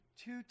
two